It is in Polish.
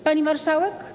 Pani Marszałek!